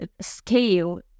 scale